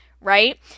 right